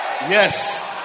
Yes